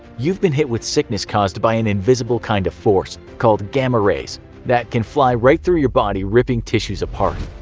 you've been hit with sickness caused by an invisible kind of force called gamma rays that can fly right through your body, ripping tissues apart.